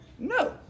No